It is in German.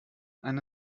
eine